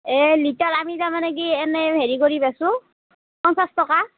এই লিটাৰ আমি তাৰমানে কি এনেই হেৰি কৰি বেচোঁ পঞ্চাছ টকা